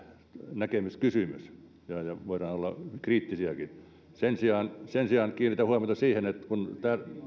näkemyskysymys ja voidaan olla kriittisiäkin sen sijaan sen sijaan kiinnitän huomiota siihen että kun